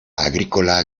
agrícola